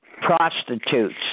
Prostitutes